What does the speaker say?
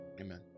Amen